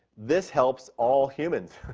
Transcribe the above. this helps all humans.